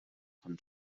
von